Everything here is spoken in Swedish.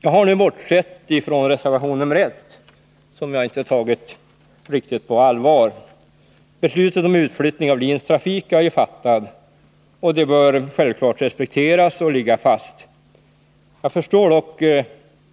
Jag har nu bortsett från reservation nr 1, som jag inte tagit riktigt på allvar. Beslutet om utflyttning av LIN:s trafik är ju fattat. Det bör självfallet respekteras och ligga fast. Jag förstår dock